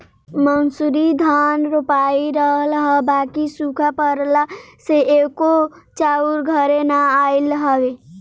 मंसूरी धान रोपाइल रहल ह बाकि सुखा पड़ला से एको चाउर घरे ना आइल हवे